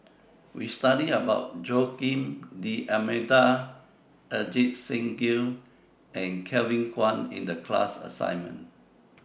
We studied about Joaquim D'almeida Ajit Singh Gill and Kevin Kwan in The class assignment